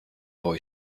boy